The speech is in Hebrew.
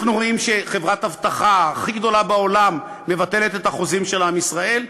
אנחנו רואים שחברת האבטחה הכי גדולה מבטלת את החוזים שלה עם ישראל,